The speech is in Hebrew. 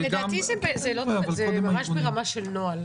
לדעתי זה ממש ברמה של נוהל.